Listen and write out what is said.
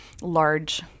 large